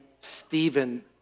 Stephen